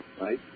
right